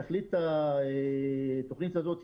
תכלית התוכנית הזאת,